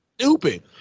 stupid